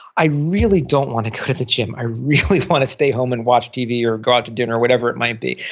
i really don't want to go to the gym. i really want to stay home and watch tv or go out to dinner, whatever it might be,